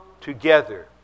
together